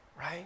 Right